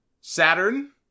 Saturn